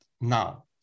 now